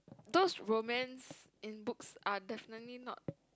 those romance in books are definitely not